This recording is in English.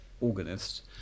organist